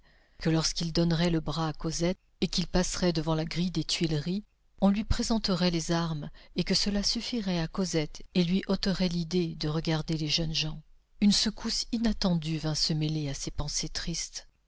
que lorsqu'il donnerait le bras à cosette et qu'il passerait devant la grille des tuileries on lui présenterait les armes et que cela suffirait à cosette et lui ôterait l'idée de regarder les jeunes gens une secousse inattendue vint se mêler à ces pensées tristes